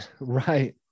Right